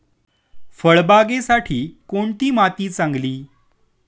फळबागेसाठी कोणती माती चांगली?